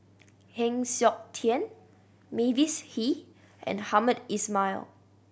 Heng Siok Tian Mavis Hee and Hamed Ismail